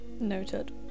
Noted